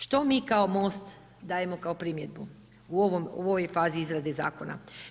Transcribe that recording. Što mi kao MOST dajemo kao primjedbu u ovoj fazi izrade zakona?